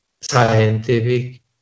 scientific